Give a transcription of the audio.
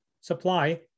supply